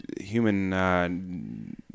human